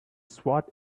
swat